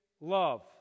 love